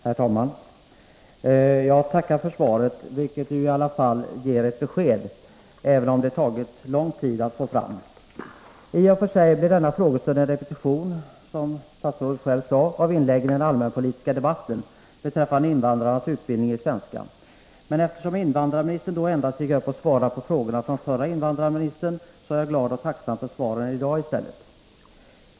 Herr talman! Jag tackar för svaret, vilket i alla fall ger ett besked, även om det tagit lång tid att få fram det. I och för sig blir denna frågestund en repetition av inläggen i den allmänpolitiska debatten beträffande invandrarnas utbildning i svenska, men invandrarministern svarade då endast på frågorna från den förra invandrarministern, och jag är glad och tacksam för de svar jag har fått i dag.